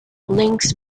links